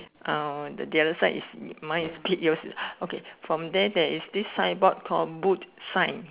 uh the other side is mine is pig okay from the other side there is this signboard called boot side